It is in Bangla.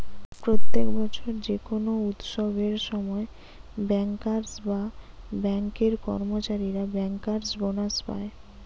প্রত্যেক বছর যে কোনো উৎসবের সময় বেঙ্কার্স বা বেঙ্ক এর কর্মচারীরা বেঙ্কার্স বোনাস পায়